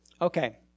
Okay